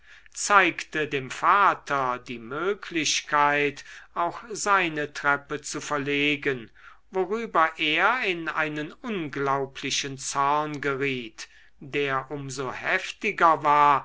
zeigte dem vater die möglichkeit auch seine treppe zu verlegen worüber er in einen unglaublichen zorn geriet der um so heftiger war